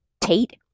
Tate